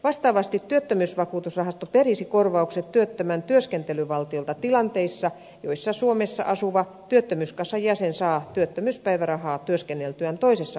vastaavasti työttömyysvakuutusrahasto perisi korvaukset työttömän työskentelyvaltiolta tilanteissa joissa suomessa asuva työttömyyskassan jäsen saa työttömyyspäivärahaa työskenneltyään toisessa valtiossa